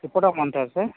ఎప్పుడు రమ్మంటారు సార్